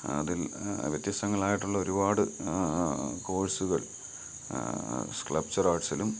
അതിൽ വ്യത്യസ്തങ്ങളായിട്ടുള്ള ഒരുപാട് കോഴ്സുകൾ സ്ക്ളപ്ചർ ആർട്സിലും